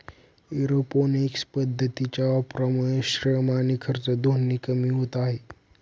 aeroponics पद्धतीच्या वापरामुळे श्रम आणि खर्च दोन्ही कमी होतात